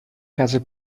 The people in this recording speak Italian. case